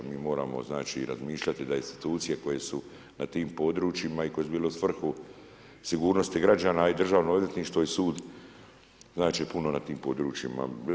Mi moramo znači razmišljati da institucije koje su na tim područjima i koje su bile u svrhu sigurnosti građana i državno odvjetništvo i sud znači puno na tim područjima.